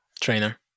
Trainer